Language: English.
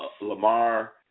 Lamar